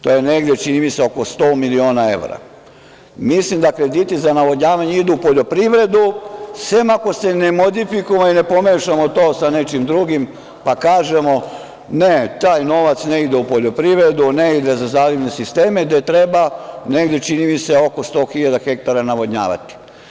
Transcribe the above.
To je čini mi se oko 100 miliona evra, mislim da krediti za navodnjavanje idu u poljoprivredu, sem ako se ne modifikujemo i ne pomešamo to sa nečim drugim, pa kažemo – ne, taj novac ne ide u poljoprivredu, ne ide za zalivne sisteme, gde treba negde oko 100.000 ha navodnjavati.